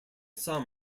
some